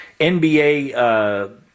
NBA